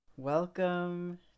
welcome